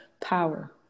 power